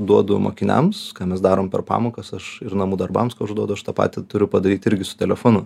duodu mokiniams ką mes darom per pamokas aš ir namų darbams kai užduodu aš tą patį turiu padaryt irgi su telefonu